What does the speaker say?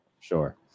Sure